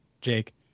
Jake